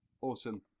Awesome